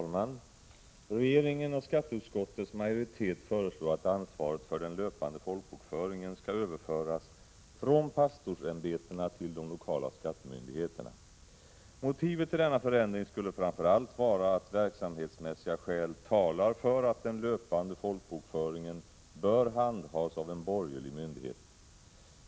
Fru talman! Regeringen och skatteutskottets majoritet föreslår att ansvaret för den löpande folkbokföringen skall överföras från pastorsämbetena till de lokala skattemyndigheterna. Motivet till denna förändring skulle framför allt vara att verksamhetsmässiga skäl talar för att den löpande folkbokföringen bör handhas av en borgerlig myndighet.